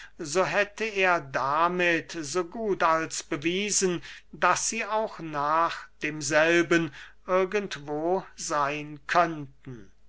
so hätte er damit so gut als bewiesen daß sie auch nach demselben irgendwo seyn könnten